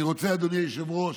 אני רוצה, אדוני היושב-ראש,